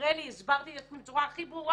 נראה לי הסברתי את עצמי בצורה הכי ברורה.